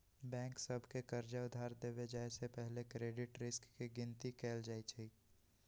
bank सभ के कर्जा उधार देबे जाय से पहिले क्रेडिट रिस्क के गिनति कएल जाइ छइ